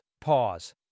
pause